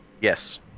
Yes